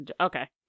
Okay